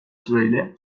süreyle